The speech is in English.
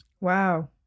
Wow